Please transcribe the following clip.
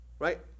right